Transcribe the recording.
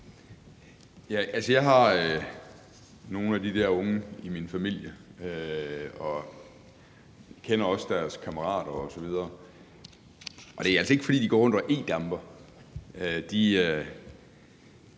Jeg har nogle af de der unge i min familie og kender også deres kammerater osv., og det er altså ikke, fordi de går rundt og e-damper.